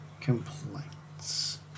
complaints